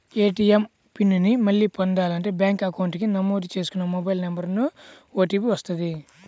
ATM PIN ని మళ్ళీ పొందాలంటే బ్యేంకు అకౌంట్ కి నమోదు చేసుకున్న మొబైల్ నెంబర్ కు ఓటీపీ వస్తది